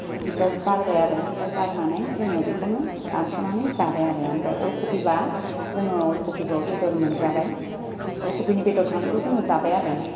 बिबार बारबाय आरो ओमफ्राय बारनानै जोङो बेखौनो दानस'नानै जाबाय आरो ओमफ्राय अलकबि बा जोङो अलकबिखौ बेदर मोनजाबाय अलकबिनि बेदर थांनायखौ जोङो जाबाय आरो